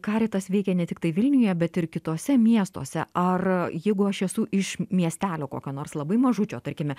karitas veikia ne tiktai vilniuje bet ir kituose miestuose ar jeigu aš esu iš miestelio kokio nors labai mažučio tarkime